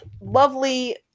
lovely